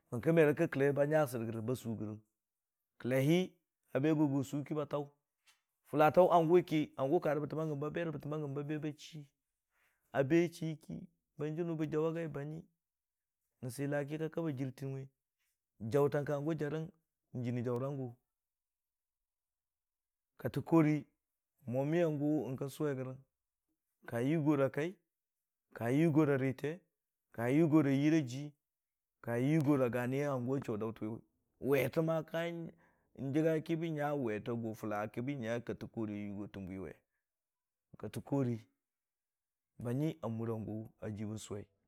Bəngkə me nyənkgə kəllu ba nya sər nyəngkə ba sʊ gərəng, kəlle hə a be go gə sʊ ki ba taʊ, fʊla taʊ hangʊ ki, ba berə bəttəm bagəm ba be rə bəttəm bagəm ba berə bəttəm bagəm ba be ba chii, a chii ki hanju nʊ bə jaʊ wa gai ban banyi rə sɨla ki ka kabi a jɨrtəngwe. Jaʊtang ka hangʊ jarə nijɨnii jaʊrangʊ, kattəkori mwamiya gʊ nisʊwe rəgəng, ka yʊgora kai, ka yʊgora riite, ka yʊgo ra yiira a jii, ka yʊgora gani hangʊ a chuu daʊtən wi, wete kən, n'jəgga ki, bən nya wetee, a gʊ fʊla ki bən nya kattəkori a yʊgotən bwiwe. Kattəkari banyə a mura gʊ a ji bənsʊwi.